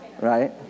right